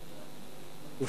יושב-ראש הליכוד,